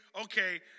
okay